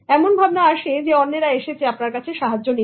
এমন ভাবনা আসে যে অন্যেরা এসেছে আপনার কাছে সাহায্য নিতে